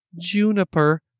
Juniper